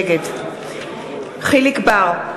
נגד יחיאל חיליק בר,